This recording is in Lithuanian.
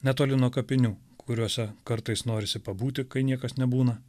netoli nuo kapinių kuriose kartais norisi pabūti kai niekas nebūna